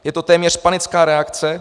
Je to téměř panická reakce.